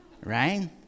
right